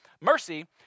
Mercy